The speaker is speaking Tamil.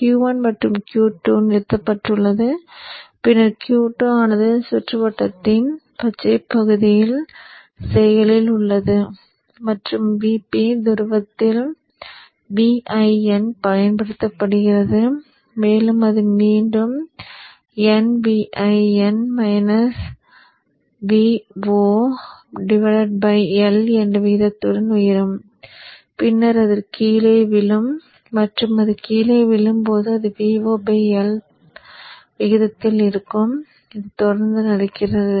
Q1 மற்றும் Q2 நிறுத்தப்பட்டுள்ளது பின்னர் Q2 ஆனது சுற்றுவட்டத்தின் பச்சைப் பகுதியில் செயலில் உள்ளது மற்றும் Vp துருவத்தில் Vin பயன்படுத்தப்படுகிறது மேலும் அது மீண்டும் nVin -Vo L என்ற விகிதத்துடன் உயரும் பின்னர் அது கீழே விழும் மற்றும் அது கீழே விழும் போது அது Vo L விகிதத்தில் இருக்கும் இது தொடர்ந்து நடக்கிறது